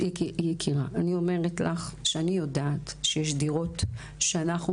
אני אומרת לך שאני יודעת שיש דירות שאנחנו